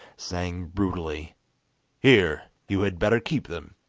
saying brutally here, you had better keep them!